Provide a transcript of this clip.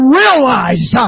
realize